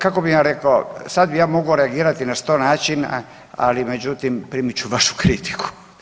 Kako bi vam rekao, sad bi ja mogao reagirati na 100 načina, ali međutim, primit ću vašu kritiku.